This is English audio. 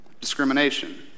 Discrimination